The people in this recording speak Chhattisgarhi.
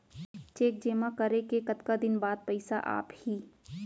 चेक जेमा करे के कतका दिन बाद पइसा आप ही?